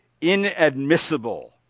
inadmissible